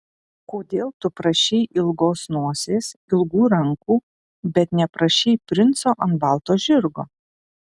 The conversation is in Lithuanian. kodėl tu prašei ilgos nosies ilgų rankų bet neprašei princo ant balto žirgo